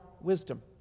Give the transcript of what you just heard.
wisdom